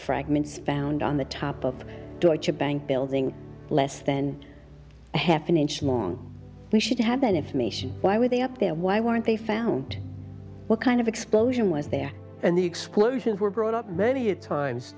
fragments found on the top of deutsche bank building less than a half an inch long we should have that information why were they up there why weren't they found what kind of explosion was there and the explosions were brought up many a times